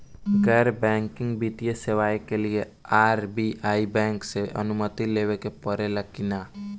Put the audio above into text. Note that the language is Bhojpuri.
गैर बैंकिंग वित्तीय सेवाएं के लिए आर.बी.आई बैंक से अनुमती लेवे के पड़े ला की नाहीं?